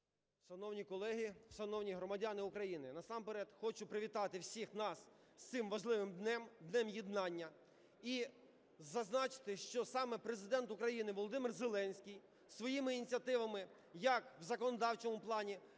Шановні колеги, шановні громадяни України! Насамперед хочу привітати всіх нас з цим важливим днем – Днем єднання. І зазначити, що саме Президент України Володимир Зеленський своїми ініціативами як у законодавчому плані,